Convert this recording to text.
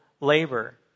labor